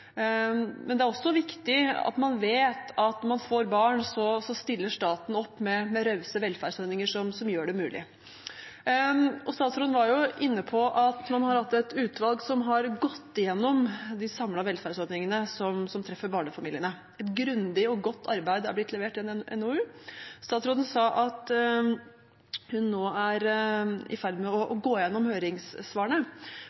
men det er også viktig at man vet at når man får barn, stiller staten opp med rause velferdsordninger som gjør det mulig. Statsråden var inne på at man har hatt et utvalg som har gått igjennom de samlede velferdsordningene som treffer barnefamiliene. Et grundig og godt arbeid har blitt levert gjennom en NOU. Statsråden sa at hun nå er i ferd med å